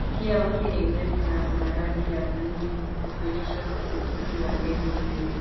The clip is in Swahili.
Mkia wake ni mrefu na una rangi ya bluu ukionyesha uzuri wa ndege huyo.